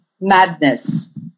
madness